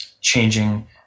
changing